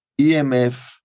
EMF